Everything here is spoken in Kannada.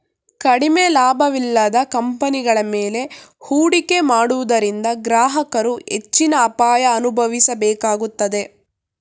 ಕಡಿಮೆ ಲಾಭವಿಲ್ಲದ ಕಂಪನಿಗಳ ಮೇಲೆ ಹೂಡಿಕೆ ಮಾಡುವುದರಿಂದ ಗ್ರಾಹಕರು ಹೆಚ್ಚಿನ ಅಪಾಯ ಅನುಭವಿಸಬೇಕಾಗುತ್ತದೆ